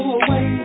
away